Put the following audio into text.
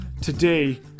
Today